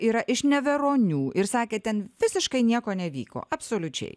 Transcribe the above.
yra iš neveronių ir sakė ten visiškai nieko nevyko absoliučiai